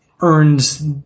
earns